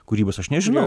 kūrybos aš nežinau